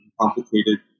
complicated